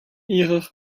ihrer